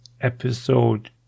episode